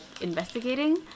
investigating